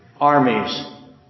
armies